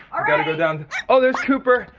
um gotta go down oh there's cooper!